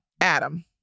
Adam